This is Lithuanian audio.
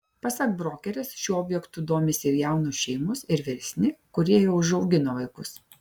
pasak brokerės šiuo objektu domisi ir jaunos šeimos ir vyresni kurie jau užaugino vaikus